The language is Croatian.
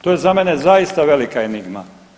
To je za mene zaista velika enigma.